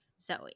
Zoe